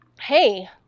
hey